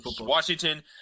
Washington